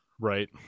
Right